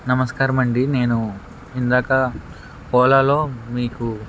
నమస్కారమండి నేను ఇందాక ఓలాలో మీకు